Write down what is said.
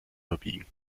verbiegen